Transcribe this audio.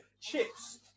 Chip's